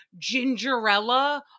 Gingerella